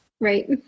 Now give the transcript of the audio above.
Right